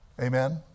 Amen